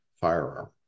firearm